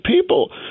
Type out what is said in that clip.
people